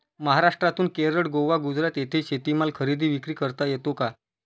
महाराष्ट्रातून केरळ, गोवा, गुजरात येथे शेतीमाल खरेदी विक्री करता येतो का?